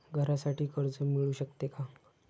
घरासाठी कर्ज मिळू शकते का?